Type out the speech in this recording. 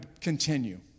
continue